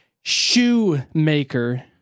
Shoemaker